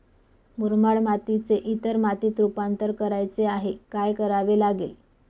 मुरमाड मातीचे इतर मातीत रुपांतर करायचे आहे, काय करावे लागेल?